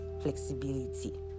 flexibility